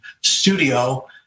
studio